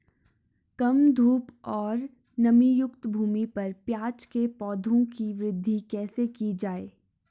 कम धूप और नमीयुक्त भूमि पर प्याज़ के पौधों की वृद्धि कैसे की जाए?